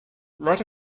write